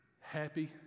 Happy